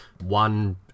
one